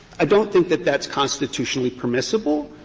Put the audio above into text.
i don't think that that's constitutionally permissible.